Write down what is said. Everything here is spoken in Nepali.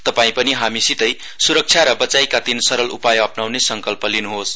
तपाई पनि हामीसितै सुरक्षा र वचाइका तीन सरल उपाय अप्नाउने संकल्प गर्नुहोस